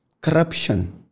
Corruption